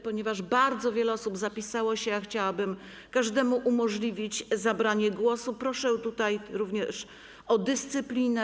Ponieważ bardzo wiele osób zapisało się, a chciałabym każdemu umożliwić zabranie głosu, proszę o dyscyplinę.